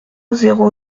zéro